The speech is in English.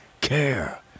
care